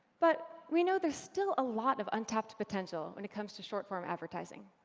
but we know there's still a lot of untapped potential when it comes to short form advertising